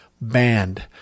banned